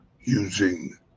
using